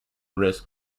risk